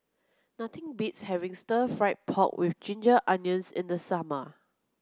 nothing beats having stir fried pork with ginger onions in the summer